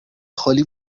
خالی